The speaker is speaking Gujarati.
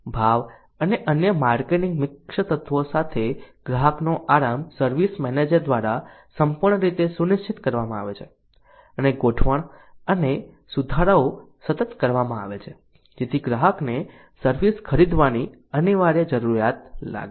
ભાવ અને અન્ય માર્કેટિંગ મિક્સ તત્વો સાથે ગ્રાહકનો આરામ સર્વિસ મેનેજર દ્વારા સંપૂર્ણ રીતે સુનિશ્ચિત કરવામાં આવે છે અને ગોઠવણ અને સુધારાઓ સતત કરવામાં આવે છે જેથી ગ્રાહકને સર્વિસ ખરીદવાની અનિવાર્ય જરૂરિયાત લાગે